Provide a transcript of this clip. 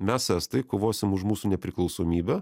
mes estai kovosim už mūsų nepriklausomybę